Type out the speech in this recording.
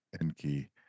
Enki